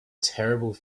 terrible